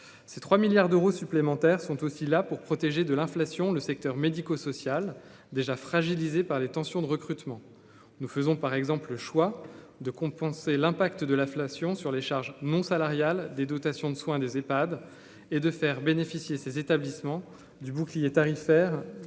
ces 3 milliards d'euros supplémentaires sont aussi là pour protéger de l'inflation, le secteur médico-social déjà fragilisée par les tensions de recrutement, nous faisons par exemple le choix de compenser l'impact de l'inflation sur les charges non salariales des dotations de soins, des Ephad et de faire bénéficier ces établissements du bouclier tarifaire